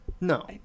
No